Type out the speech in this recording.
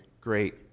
great